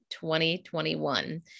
2021